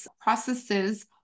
processes